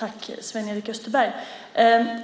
Herr talman!